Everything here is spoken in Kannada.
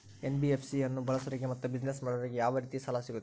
ಎನ್.ಬಿ.ಎಫ್.ಸಿ ಅನ್ನು ಬಳಸೋರಿಗೆ ಮತ್ತೆ ಬಿಸಿನೆಸ್ ಮಾಡೋರಿಗೆ ಯಾವ ರೇತಿ ಸಾಲ ಸಿಗುತ್ತೆ?